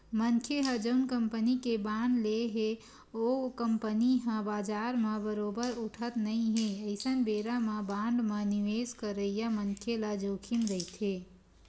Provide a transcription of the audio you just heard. मनखे ह जउन कंपनी के बांड ले हे ओ कंपनी ह बजार म बरोबर उठत नइ हे अइसन बेरा म बांड म निवेस करइया मनखे ल जोखिम रहिथे